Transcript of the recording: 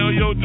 yo